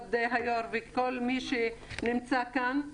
כבוד היו"ר וכל מי שנמצא כאן,